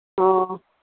ꯑꯣ